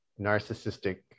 narcissistic